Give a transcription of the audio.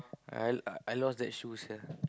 I I lost that shoe sia